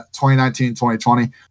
2019-2020